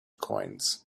coins